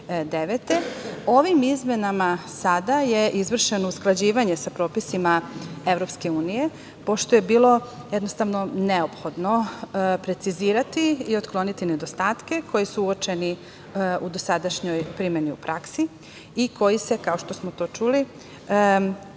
Ovim izmenama sada je izvršeno usklađivanje sa propisima Evropske unije, pošto je bilo jednostavno neophodno precizirati i otkloniti nedostatke koji su uočeni u dosadašnjoj primeni u praksi i koji se, kao što smo to čuli, odnose